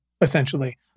essentially